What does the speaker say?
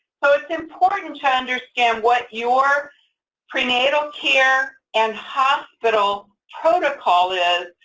so it's important to understand what your prenatal care and hospital protocol is,